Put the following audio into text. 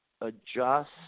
adjust